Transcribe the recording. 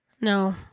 No